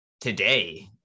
today